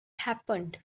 happened